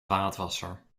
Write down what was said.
vaatwasser